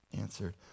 answered